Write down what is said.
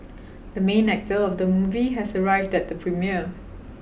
the main actor of the movie has arrived at the premiere